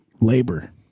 labor